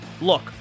Look